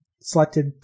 selected